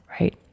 right